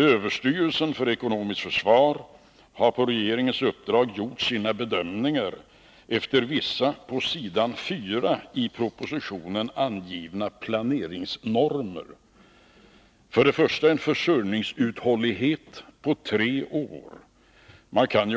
Överstyrelsen för ekonomiskt försvar har på regeringens uppdrag gjort sina bedömningar efter vissa på s. 4 i propositionen angivna planeringsnormer. Det gäller först och främst en försörjningsuthållighet på tre år.